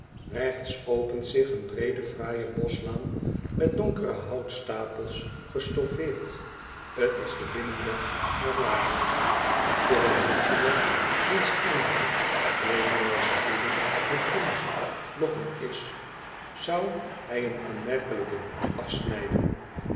regts opent zich een breede fraaije boschlaan met donkere houtstapels gestoffeerd t is de binnenweg naar laren voor den voetganger wiens einddoel evenals heden het onze lochem is zou hij een aanmerkelijken hoek afsnijden